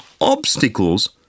Obstacles